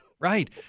Right